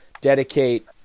dedicate –